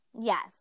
Yes